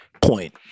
point